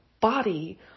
body